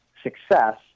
success